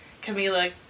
Camila